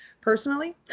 personally